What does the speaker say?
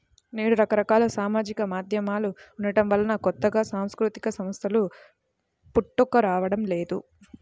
నేడు రకరకాల సామాజిక మాధ్యమాలు ఉండటం వలన కొత్తగా సాంస్కృతిక సంస్థలు పుట్టుకురావడం లేదు